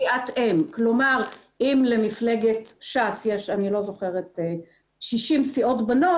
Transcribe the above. אם למפלגת ש"ס יש 60 סיעות בנות,